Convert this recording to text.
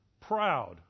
Proud